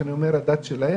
וכשאני אומר "הדת שלהם",